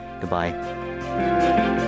Goodbye